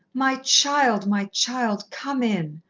my child, my child, come in!